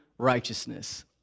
righteousness